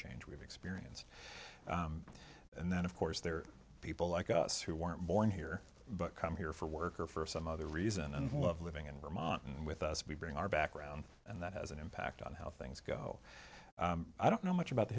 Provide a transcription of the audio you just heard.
change we've experience and then of course there are people like us who weren't born here but come here for work or for some other reason and love living in vermont and with us we bring our background and that has an impact on how things go i don't know much about the